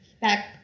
back